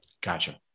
Gotcha